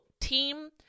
team